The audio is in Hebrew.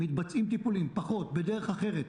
מתבצעים טיפולים, אומנם פחות ובדרך אחרת.